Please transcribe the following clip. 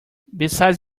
besides